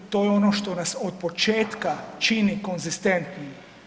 To je ono što nas od početka čini konzistentnim.